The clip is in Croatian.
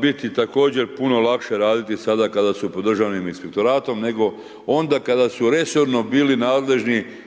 biti također puno lakše raditi sada kada su pod Državnim inspektoratom, nego onda kada su resorno bili nadležni